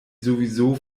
sowieso